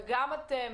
וגם אתם,